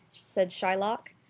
said shylock,